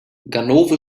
ganove